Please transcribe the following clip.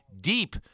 deep